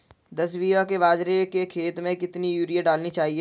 दस बीघा के बाजरे के खेत में कितनी यूरिया डालनी चाहिए?